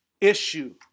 issue